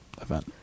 event